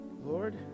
Lord